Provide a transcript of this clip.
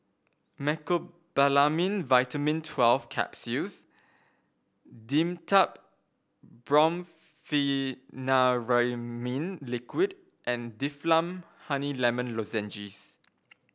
Mecobalamin Vitamin Twelve Capsules Dimetapp Brompheniramine Liquid and Difflam Honey Lemon Lozenges